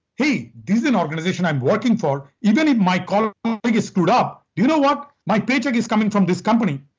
hey this is an organization i'm working for, even if my colleague like screwed up, you know what my paycheck is coming from this company.